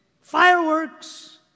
Fireworks